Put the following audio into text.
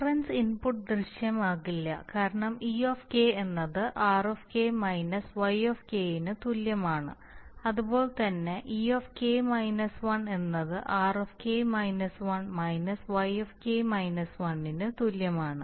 reference input ദൃശ്യമാകില്ല കാരണം e എന്നത് r മൈനസ് y ന് തുല്യമാണ് അതുപോലെ തന്നെ e എന്നത് r മൈനസ് y ന് തുല്യമാണ്